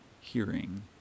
hearing